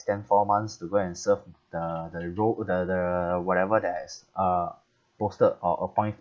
four months to go and serve the the row the the whatever that is uh posted or appoint